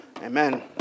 Amen